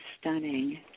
stunning